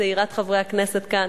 כצעירת חברי הכנסת כאן,